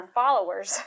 followers